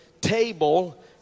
table